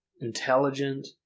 Intelligent